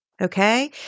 Okay